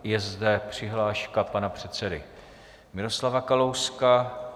Je zde přihláška pana předsedy Miroslava Kalouska.